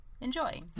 Enjoy